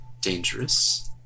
dangerous